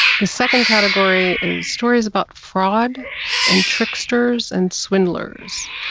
the second category is stories about fraud and tricksters and swindlers.